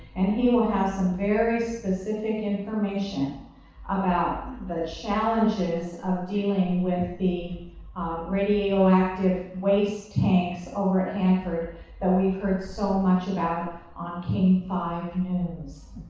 and he will have some very specific information about the challenges of dealing with the radioactive waste tanks over at hanford that we've heard so much about on king five news.